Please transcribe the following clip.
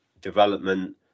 development